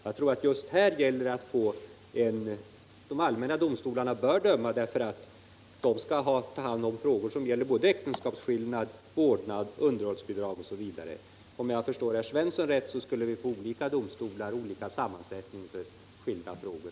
Jag tror att det just här gäller att de allmänna domstolarna bör döma, eftersom de skall ta hand om frågor som gäller både äktenskapsskillnad och ordnande av underhållsbidrag osv., men om jag förstår herr Svensson rätt skulle vi få olika domstolar med olika sammansättning för skilda frågor.